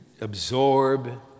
Absorb